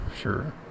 sure